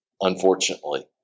unfortunately